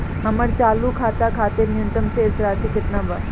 हमर चालू खाता खातिर न्यूनतम शेष राशि केतना बा?